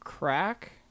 Crack